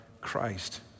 Christ